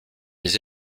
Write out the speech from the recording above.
des